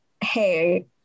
hey